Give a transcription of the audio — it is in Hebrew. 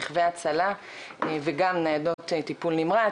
רכבי הצלה וגם ניידות טיפול נמרץ,